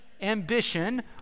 ambition